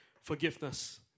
forgiveness